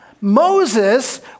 Moses